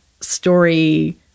story